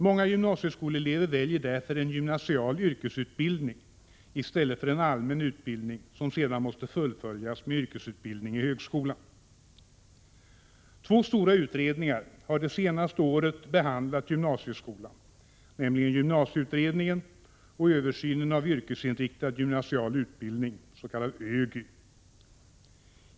Många gymnasieskolelever väljer därför en gymnasial yrkesutbildning i stället för en allmän utbildning, som sedan måste fullföljas med en yrkesutbildning i högskolan. Två stora utredningar har de senaste åren behandlat gymnasieskolan, nämligen gymnasieutredningen och översynen av yrkesinriktad gymnasial utbildning .